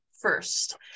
first